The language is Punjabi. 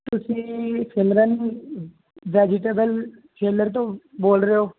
ਤੁਸੀਂ ਸਿਮਰਨ ਵੈਜੀਟੇਬਲ ਸੈਲਰ ਤੋਂ ਬੋਲ ਰਹੇ ਹੋ